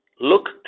Look